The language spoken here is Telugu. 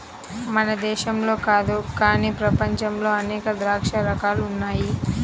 మన దేశంలో కాదు గానీ ప్రపంచంలో అనేక ద్రాక్ష రకాలు ఉన్నాయి